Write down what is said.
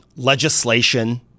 legislation